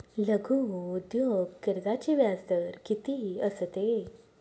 लघु उद्योग कर्जाचे व्याजदर किती असते?